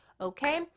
Okay